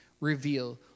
reveal